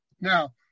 Now